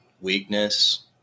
weakness